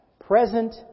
present